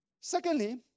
secondly